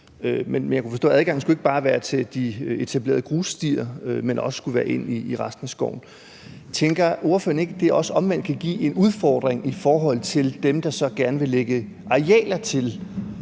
at adgangen ikke bare skulle være til de etablerede grusstier, men også ind i resten af skoven. Tænker ordføreren ikke, at det også omvendt kan give en udfordring i forhold til dem, der gerne vil lægge arealer til